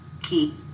key